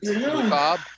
Bob